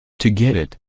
to get it,